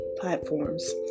platforms